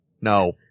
No